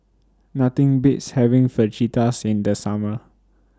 Nothing Beats having Fajitas in The Summer